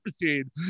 machine